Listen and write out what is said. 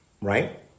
Right